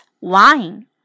wine